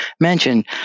mentioned